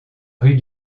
rue